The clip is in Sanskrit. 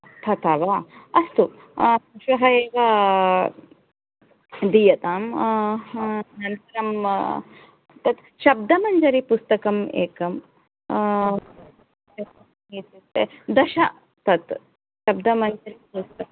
तथा वा अस्तु श्वः एव दीयताम् अनन्तरं तत् शब्दमञ्जरीपुस्तकं एकं कति इत्युक्ते दश तत् शब्दमञ्जरीपुस्तकं